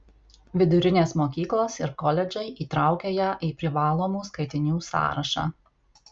vidurinės mokyklos ir koledžai įtraukia ją į privalomų skaitinių sąrašą